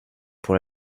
pour